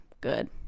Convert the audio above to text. Good